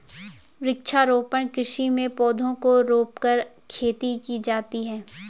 वृक्षारोपण कृषि में पौधों को रोंपकर खेती की जाती है